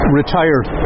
retired